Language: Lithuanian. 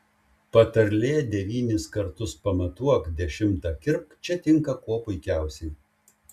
patarlė devynis kartus pamatuok dešimtą kirpk čia tinka kuo puikiausiai